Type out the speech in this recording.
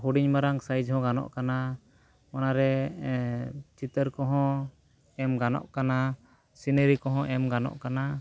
ᱦᱩᱰᱤᱧ ᱢᱟᱨᱟᱝ ᱥᱟᱹᱭᱤᱡᱽ ᱦᱚᱸ ᱜᱟᱱᱚᱜ ᱠᱟᱱᱟ ᱚᱱᱟᱨᱮ ᱪᱤᱛᱟᱹᱨ ᱠᱚᱦᱚᱸ ᱮᱢ ᱜᱟᱱᱚᱜ ᱠᱟᱱᱟ ᱥᱤᱱᱟᱹᱨᱤ ᱠᱚᱦᱚᱸ ᱮᱢ ᱜᱟᱱᱚᱜ ᱠᱟᱱᱟ